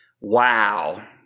Wow